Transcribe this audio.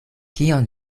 kion